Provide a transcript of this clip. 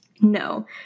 No